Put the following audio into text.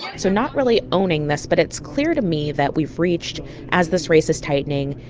so not really owning this. but it's clear to me that we've reached as this race is tightening,